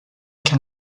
can